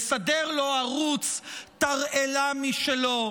לסדר לו ערוץ תרעלה משלו,